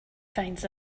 finds